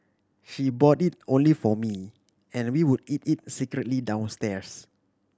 she bought it only for me and we would eat it secretly downstairs